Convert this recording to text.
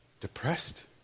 depressed